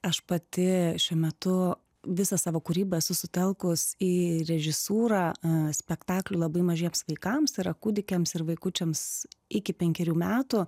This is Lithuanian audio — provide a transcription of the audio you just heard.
aš pati šiuo metu visą savo kūrybą susisitelkus į režisūrą spektaklį labai mažiems vaikams tai yra kūdikiams ir vaikučiams iki penkerių metų